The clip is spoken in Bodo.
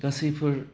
गासैफोर